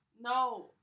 No